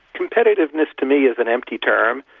competitiveness to me is an empty term.